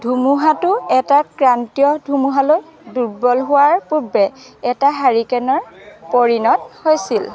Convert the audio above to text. ধুমুহাটো এটা ক্ৰান্তীয় ধুমুহালৈ দুৰ্বল হোৱাৰ পূৰ্বে এটা হাৰিকেনৰ পৰিণত হৈছিল